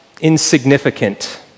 insignificant